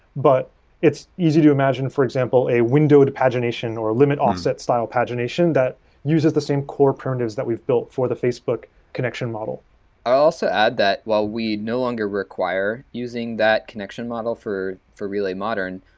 but it's easy to imagine, for example, a windowed pagination or limit offset style pagination that uses the same core primitives that we've built for the facebook connection model i'll also add that while we no longer require using that connection model for for relay modern,